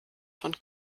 von